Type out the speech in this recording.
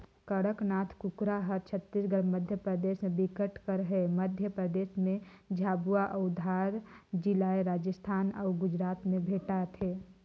कड़कनाथ कुकरा हर छत्तीसगढ़, मध्यपरदेस में बिकट कर हे, मध्य परदेस में झाबुआ अउ धार जिलाए राजस्थान अउ गुजरात में भेंटाथे